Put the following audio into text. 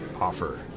offer